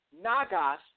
Nagas